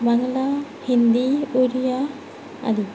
Bangla Hindi উৰিয়াআদি